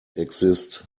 exist